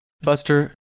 Buster